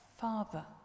Father